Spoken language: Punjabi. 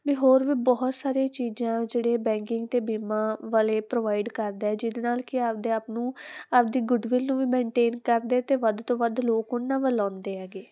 ਵੀ ਹੋਰ ਵੀ ਬਹੁਤ ਸਾਰੀਆਂ ਚੀਜ਼ਾਂ ਜਿਹੜੇ ਬੈਕਿੰਗ ਅਤੇ ਬੀਮਾ ਵਾਲੇ ਪ੍ਰੋਵਾਈਡ ਕਰਦਾ ਜਿਹਦੇ ਨਾਲ ਕਿ ਆਪਦੇ ਆਪ ਨੂੰ ਆਪਦੀ ਗੁੱਡਵਿਲ ਨੂੰ ਵੀ ਮੈਂਟੇਨ ਕਰਦੇ ਅਤੇ ਵੱਧ ਤੋਂ ਵੱਧ ਲੋਕ ਉਹਨਾਂ ਵੱਲ ਆਉਂਦੇ ਐਗੇ